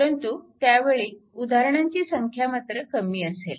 परंतु त्यावेळी उदाहरणांची संख्या मात्र कमी असेल